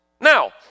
Now